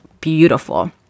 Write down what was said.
beautiful